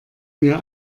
mir